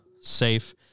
safe